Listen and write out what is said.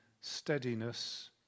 steadiness